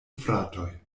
fratoj